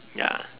ya